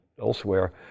elsewhere